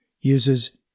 uses